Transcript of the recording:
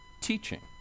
teaching